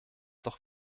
doch